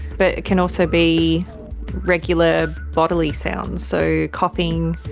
but it can also be regular bodily sounds. so coughing,